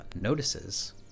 notices